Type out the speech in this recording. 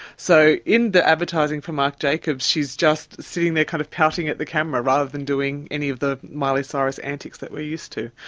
so in the advertising for marc jacobs she's just sitting there kind of pouting at the camera, rather than doing any of the miley cyrus antics that we're used to.